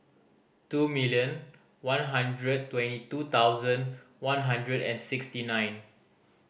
two million one hundred twenty two thousand one hundred and sixty nine